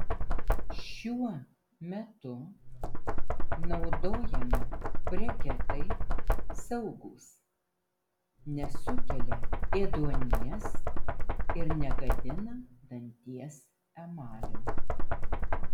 šiuo metu naudojami breketai saugūs nesukelia ėduonies ir negadina danties emalio